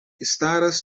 staras